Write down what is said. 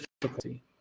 difficulty